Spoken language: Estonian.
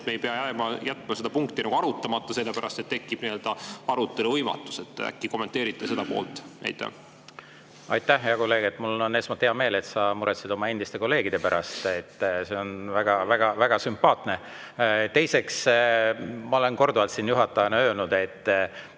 et me ei pea jätma seda punkti arutamata, sellepärast et tekib arutelu võimatus. Äkki kommenteerite seda? Aitäh, hea kolleeg! Esmalt, mul on hea meel, et sa muretsed oma endiste kolleegide pärast. See on väga sümpaatne. Teiseks, ma olen korduvalt juhatajana öelnud, et